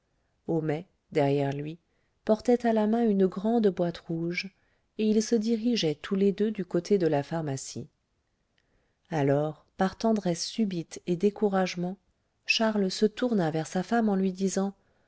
homais derrière lui portait à la main une grande boîte rouge et ils se dirigeaient tous les deux du côté de la pharmacie alors par tendresse subite et découragement charles se tourna vers sa femme en lui disant